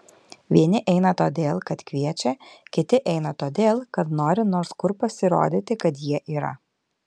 vieni eina todėl kad kviečia kiti eina todėl kad nori nors kur pasirodyti kad jie yra